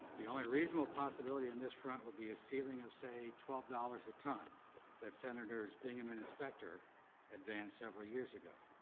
the only reasonable possibility on this front would be a ceiling of say twelve dollars a ton that senators bingaman and specter advanced several years ago.